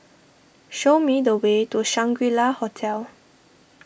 show me the way to Shangri La Hotel